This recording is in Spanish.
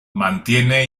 mantiene